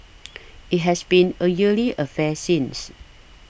it has been a yearly affair since